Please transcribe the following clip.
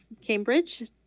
Cambridge